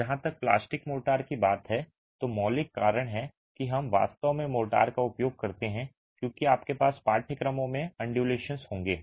जहां तक plastic mortar की बात है तो मौलिक कारण है कि हम वास्तव में मोर्टार का उपयोग करते हैं क्योंकि आपके पास पाठ्यक्रमों में undulations होंगे